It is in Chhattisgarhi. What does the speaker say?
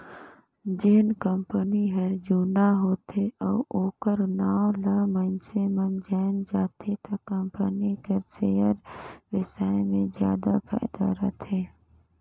जेन कंपनी हर जुना होथे अउ ओखर नांव ल मइनसे मन जाएन जाथे त कंपनी कर सेयर बेसाए मे जाहा फायदा रथे